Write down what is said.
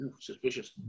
suspicious